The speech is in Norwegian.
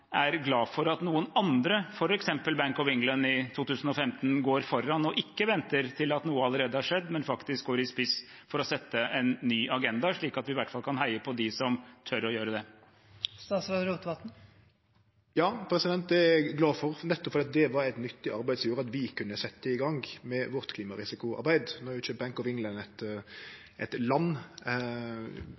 er glad for at noen andre – f.eks. som Bank of England i 2015 – går foran og ikke venter til at noe allerede er skjedd, men faktisk går i spissen for å sette en ny agenda, slik at vi i hvert fall kan heie på dem som tør å gjøre det. Ja, det er eg glad for, nettopp fordi det var eit nyttig arbeid som gjorde at vi kunne setje i gang med vårt klimarisikoarbeid. No er ikkje Bank of England eit land,